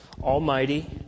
almighty